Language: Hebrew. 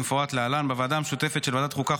כמפורט להלן: בוועדה המשותפת של ועדת החוקה,